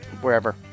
wherever